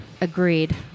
Agreed